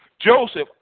Joseph